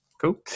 Cool